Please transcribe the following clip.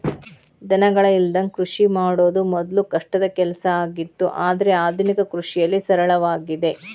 ದನಗಳ ಇಲ್ಲದಂಗ ಕೃಷಿ ಮಾಡುದ ಮೊದ್ಲು ಕಷ್ಟದ ಕೆಲಸ ಆಗಿತ್ತು ಆದ್ರೆ ಆದುನಿಕ ಕೃಷಿಯಲ್ಲಿ ಸರಳವಾಗಿದೆ